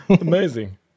Amazing